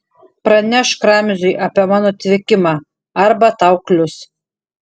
pranešk ramziui apie mano atvykimą arba tau klius